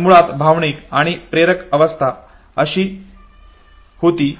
पण मुळात भावनिक आणि प्रेरक अवस्था अशी होती